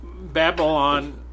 Babylon